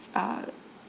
uh